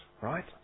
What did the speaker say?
right